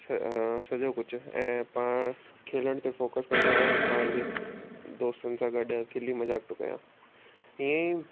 स सॼो कुझु ऐं पाण खेलण ते फ़ोकस कंदो आहियां पाण जे दोस्तनि सां गॾु खिली मज़ाक़ थो कयां ईअं ई